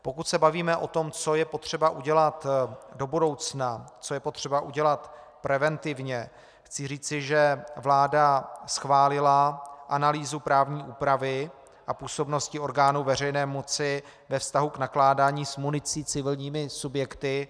Pokud se bavíme o tom, co je potřeba udělat do budoucna, co je potřeba udělat preventivně, chci říci, že vláda schválila analýzu právní úpravy a působnosti orgánů veřejné moci ve vztahu k nakládání s municí civilními subjekty.